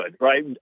right